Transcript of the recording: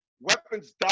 weapons